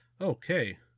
okay